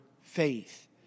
faith